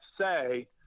say